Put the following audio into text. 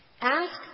ask